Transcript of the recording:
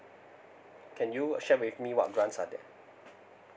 can you share with me what grants are that